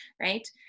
Right